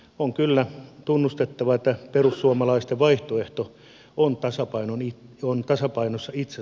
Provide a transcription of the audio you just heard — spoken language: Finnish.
on kyllä tunnustettava että perussuomalaisten vaihtoehto on tasapainossa itsensä kanssa